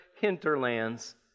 hinterlands